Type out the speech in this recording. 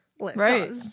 right